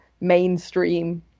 mainstream